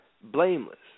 blameless